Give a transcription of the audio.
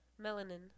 Melanin